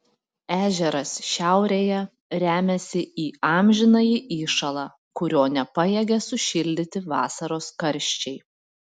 ežeras šiaurėje remiasi į amžinąjį įšąlą kurio nepajėgia sušildyti vasaros karščiai